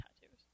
tattoos